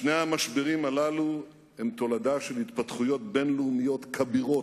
שני המשברים הללו הם תולדה של התפתחויות בין-לאומיות כבירות,